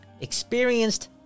experienced